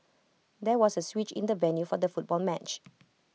there was A switch in the venue for the football match